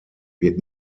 wird